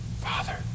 Father